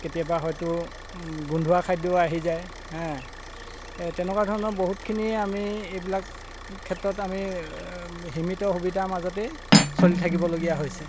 কেতিয়াবা হয়তো গোন্ধোৱা খাদ্যও আহি যায় হে এই তেনেকুৱা ধৰণৰ বহুতখিনিয়ে আমি এইবিলাক ক্ষেত্ৰত আমি সীমিত সুবিধাৰ মাজতেই চলি থাকিবলগীয়া হৈছে